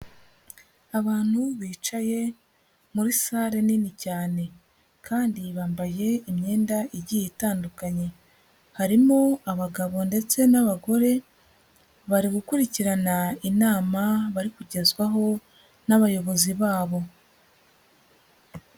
Abantu bicaye muri ''salle'' nini cyane, kandi bambaye imyenda igiye itandukanye. Harimo abagabo ndetse n'abagore, bari gukurikirana inama bari kugezwaho n'abayobozi babo.